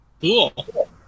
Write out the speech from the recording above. Cool